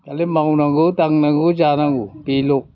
दालाय मावनांगौ दांनांगौ जानांगौ बेल'